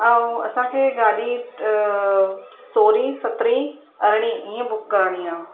ऐं असांखे गाॾी सोरहीं सतरहीं अरड़हीं इअं बुक करिणी आहे